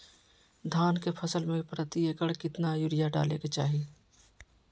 धान के फसल में प्रति एकड़ कितना यूरिया डाले के चाहि?